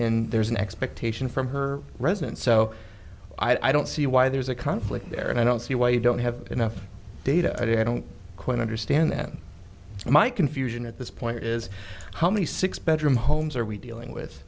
in there's an expectation from her residence so i don't see why there's a conflict there and i don't see why you don't have enough data i don't quite understand that my confusion at this point is how many six bedroom homes are we dealing with